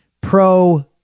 pro